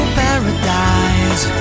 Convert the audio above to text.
paradise